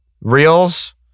reels